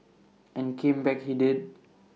and came back he did